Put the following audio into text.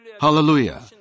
Hallelujah